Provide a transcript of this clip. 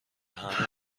همه